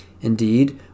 Indeed